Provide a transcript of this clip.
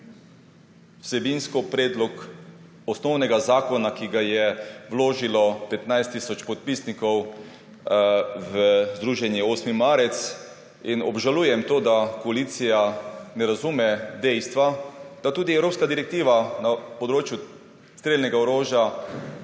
vsebinsko predlog osnovnega zakona, ki ga je vložilo 15 tisoč podpisnikov v Združenju 8. marec, in obžalujem to, da koalicija ne razume dejstva, da tudi evropska direktiva na področju strelnega orožja